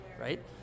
right